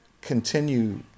continue